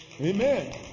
Amen